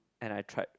and I tried